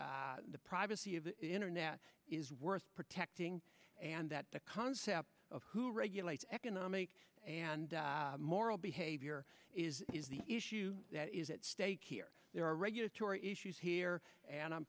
the privacy of the internet is worth protecting and that the concept of who regulates economic and moral behavior is the issue that is at stake here there are regulatory issues here and i'm